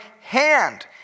hand